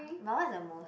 but what's the most